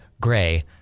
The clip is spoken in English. Gray